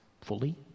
fully